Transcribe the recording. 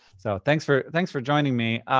so, thanks for thanks for joining me.